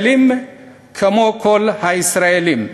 ישראלים כמו כל הישראלים,